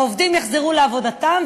העובדים יחזרו לעבודתם,